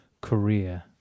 career